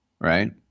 Right